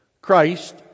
Christ